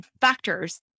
factors